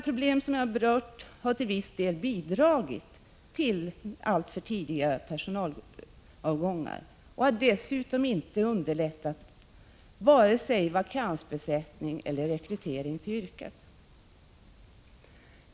Problem som jag här har berört har till viss del bidragit till alltför tidiga personalavgångar, och de har dessutom inte underlättat vare sig vakansbesättning eller rekrytering till yrket.